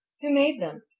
who made them?